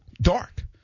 dark